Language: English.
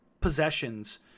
possessions